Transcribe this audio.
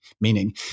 meaning